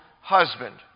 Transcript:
husband